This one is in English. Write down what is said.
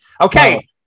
Okay